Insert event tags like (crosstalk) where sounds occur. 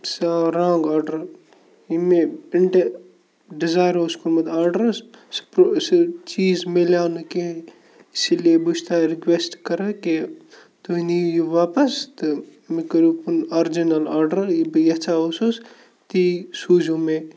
سُہ آو wrong order یِم مےٚ پِنٛٹہٕ ڈِزایَر اوس کوٚرمُت آرڈَر (unintelligible) سُہ چیٖز مِلیو نہٕ کیٚنٛہہ اِسی لیے بہٕ چھُس تۄہہِ رِکوٮ۪سٹ کَران کہِ تُہۍ نِیِو یہِ واپَس تہٕ مےٚ کٔرِو پَنُن آرجِنَل آرڈَر یہِ بہٕ یَژھان اوسُس تی سوٗزِو مےٚ